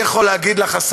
אני יכול להגיד לך,